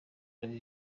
royal